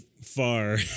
far